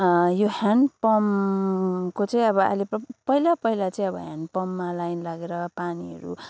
यो ह्यान्ड पम्पको चाहिँ अब अहिले पहिला पहिला चाहिँ अब ह्यान्ड पम्पमा लाइन लागेर पानीहरू